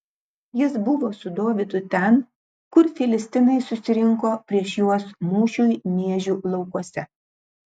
jis buvo su dovydu ten kur filistinai susirinko prieš juos mūšiui miežių laukuose